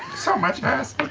so much acid.